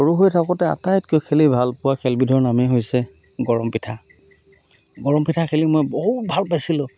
সৰু হৈ থাকোঁতে আটাইতকৈ খেলি ভাল পোৱা খেলবিধৰ নামেই হৈছে গৰম পিঠা গৰম পিঠা খেলি মই বহুত ভাল পাইছিলোঁ